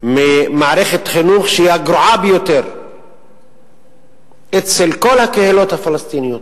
ממערכת חינוך שהיא הגרועה ביותר אצל כל הקהילות הפלסטיניות.